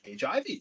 HIV